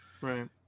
Right